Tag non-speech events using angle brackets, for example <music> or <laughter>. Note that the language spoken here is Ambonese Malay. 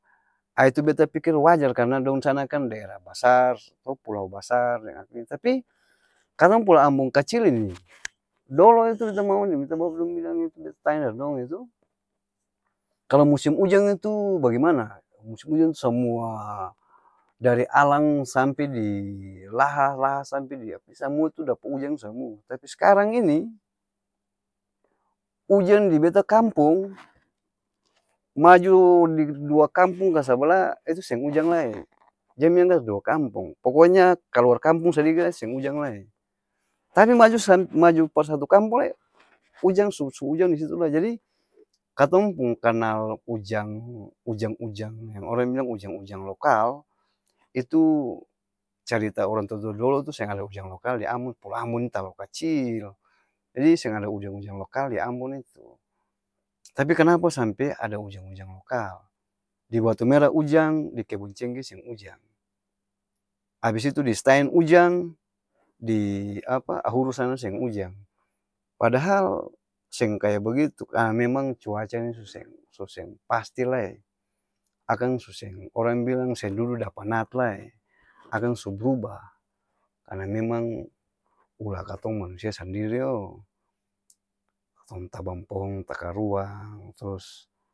Aa itu beta pikir wajar karna dong sana kan daera basar to, pulau basar deng apa ini tapi, katong pulau ambon kacil <noise> ini, dolo itu beta mama deng beta bapa dong bilang itu bet tanya dari dong lai to kalo musim ujang itu bagemana? Musim ujang itu samuaaa dari alang sampe di laha, laha sampe di apa ni samua tu dapa ujang samua tapi s'karang ini, ujang di beta kampong, <noise> maju di dua kampung ka sabala itu seng ujang lae, jang bilang dari dua kampong, poko nya kaluar kampung sadiki lai seng ujang lae, tapi maju sam maju par satu kampong lae, ujang su su-ujang disitu lai jadi, katong pung kenal ujang ujang-ujang-yang orang bilang ujang-ujang lokal, itu carita orang tua-tua dolo-dolo seng ada ujang lokal di ambon pulau ambon ni talalu kacil jadi, seng ada ujang-ujang lokal di ambon itu, tapi kenapa sampe ada ujang-ujang lokal? Di batumera ujang, di kebun cengke seng ujang, abis itu di stain ujang, di <hesitation> apa? Ahuru sana seng ujang, padahal seng kaya begitu, aa memang cuaca ni su seng, su seng-pasti lai, akang su seng orang bilang seng dudu dapa nat lae, akang su b'rubah, karna memang, ulah katong manusia sandiri oohh katong tabang pohong takaruang, trus.